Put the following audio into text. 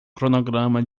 cronograma